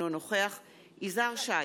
אינו נוכח יזהר שי,